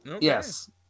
Yes